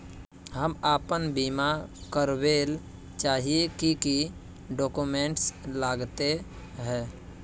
हम अपन बीमा करावेल चाहिए की की डक्यूमेंट्स लगते है?